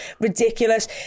Ridiculous